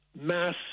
mass